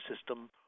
system